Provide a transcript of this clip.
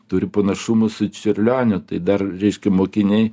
turi panašumų su čiurlioniu tai dar reiškia mokiniai